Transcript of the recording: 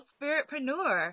Spiritpreneur